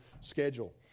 schedule